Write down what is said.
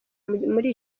muri